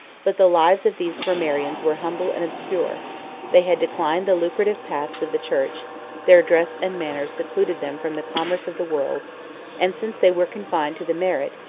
but the lives of these grammarians were humble and obscure they had declined the lucrative paths of the church their dress and manners secluded them from the commerce of the world and since they were confined to the merit,